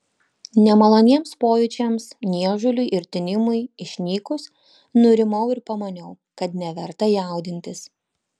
nemaloniems pojūčiams niežuliui ir tinimui išnykus nurimau ir pamaniau kad neverta jaudintis